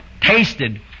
Tasted